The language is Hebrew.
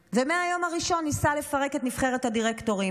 ומהיום הראשון ניסה לפרק את נבחרת הדירקטורים.